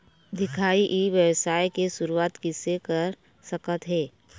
दिखाही ई व्यवसाय के शुरुआत किसे कर सकत हे?